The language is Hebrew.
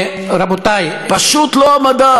אני חושבת, רבותי, פשוט לא המדד.